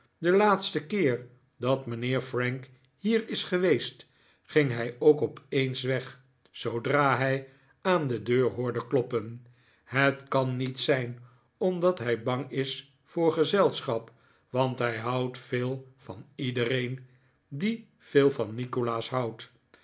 de laatste keer dat mijnheer frank hier is geweest ging hij ook opeens weg zoodra hij aan de deur hoorde kloppen het kan niet zijn omdat hij bang is voor gezelschap want hij houdt veel van iedereen die veel van nikolaas houdt